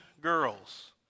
girls